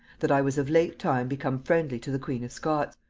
that i was of late time become friendly to the queen of scots,